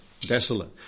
Desolate